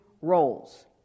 roles